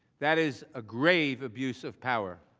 that is a grave abuse of power.